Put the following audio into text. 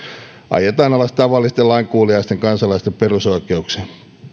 ajetaan alas tavallisten lainkuuliaisten kansalaisten perusoikeuksia